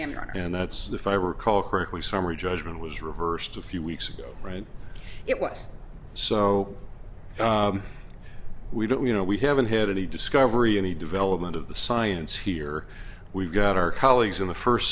right and that's the fire recall correctly summary judgment was reversed a few weeks ago right it was so we don't you know we haven't had any discovery any development of the science here we've got our colleagues in the first